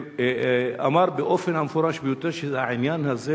ואמר באופן המפורש ביותר שהעניין הזה,